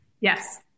Yes